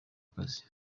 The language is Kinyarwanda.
akazi